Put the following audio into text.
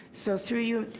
so through you,